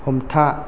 हमथा